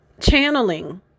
channeling